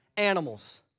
animals